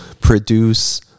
produce